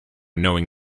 knowing